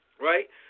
right